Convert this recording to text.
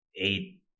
eight